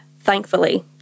thankfully